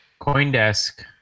Coindesk